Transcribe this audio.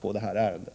på den punkten.